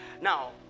Now